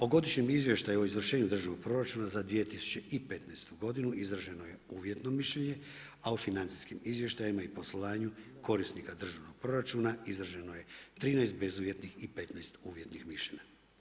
O godišnjem izvještaju o izvršenju državnog proračuna za 2015. godinu izraženo je uvjetno mišljenje, a u financijskim izvještajima i poslovanju korisnika državnog proračuna, izraženo je 13 bezuvjetnih i 15 uvjetnih mišljenja.